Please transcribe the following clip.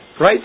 Right